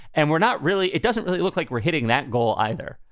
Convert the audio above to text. and we're not really it doesn't really look like we're hitting that goal either.